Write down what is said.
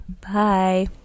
Bye